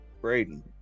Braden